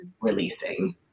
releasing